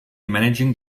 managing